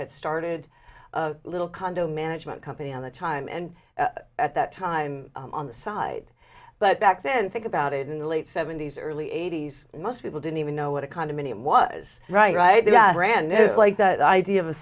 had started a little condo management company at the time and at that time on the side but back then think about it in the late seventy's early eighty's most people didn't even know what a condominium was right that ran like that idea of